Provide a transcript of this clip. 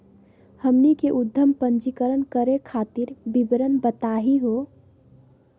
हमनी के उद्यम पंजीकरण करे खातीर विवरण बताही हो?